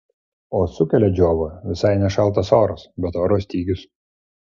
o sukelia džiovą visai ne šaltas oras bet oro stygius